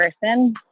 person